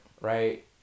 Right